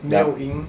没有赢